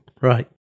Right